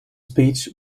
speech